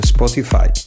Spotify